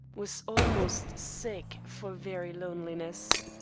was almost sick for very loneliness.